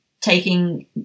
taking